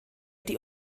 die